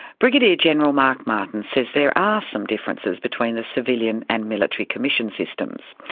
brigadier general mark martins says there are some differences between the civilian and military commission systems.